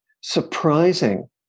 surprising